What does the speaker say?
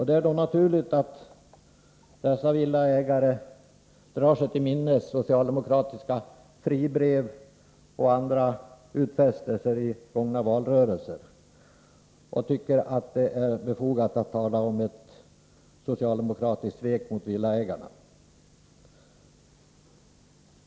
Det är naturligt att dessa villaägare drar sig till minnes socialdemokratiska fribrev och andra utfästelser i den gångna valrörelsen och tycker att det är befogat att tala om ett socialdemokratiskt svek mot villaägarna.